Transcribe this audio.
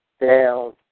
down